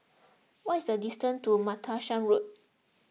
what is the distance to Martlesham Road